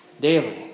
daily